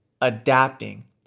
adapting